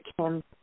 Kim